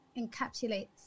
encapsulates